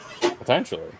potentially